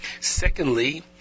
Secondly